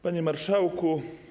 Panie Marszałku!